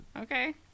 okay